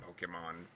Pokemon